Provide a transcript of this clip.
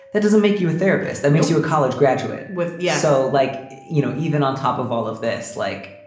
that doesn't make you a therapist. that makes you a college graduate with. yeah. so like, you know, even on top of all of this, like.